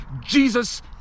Jesus